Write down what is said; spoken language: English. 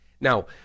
now